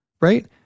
right